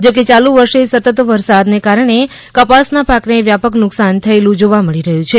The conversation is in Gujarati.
જો કે ચાલુ વર્ષે સતત વરસાદને કારણે કપાસના પાકને વ્યાપક નુકશાન થયેલ જોવા મળી રહ્યું છે